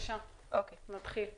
נתחיל בהקראה.